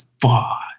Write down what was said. fuck